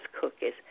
cookies